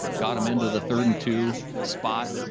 got them into the third and two spot,